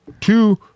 two